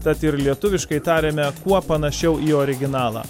tad ir lietuviškai tariame kuo panašiau į originalą